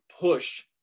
push